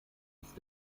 ist